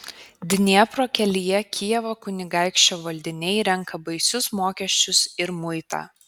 dniepro kelyje kijevo kunigaikščio valdiniai renka baisius mokesčius ir muitą